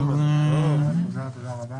אני כן רוצה לומר,